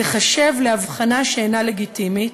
תיחשב להבחנה שאינה לגיטימית,